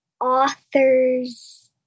author's